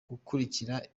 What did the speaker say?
gukurikira